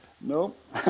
Nope